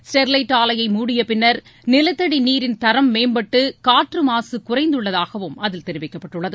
Sterlite ஆலையை மூடிய பின்னர் நிலத்தடி நீரின் தரம் மேம்பட்டு காற்று மாசு குறைந்துள்ளதாகவும் அதில் தெரிவிக்கப்பட்டள்ளது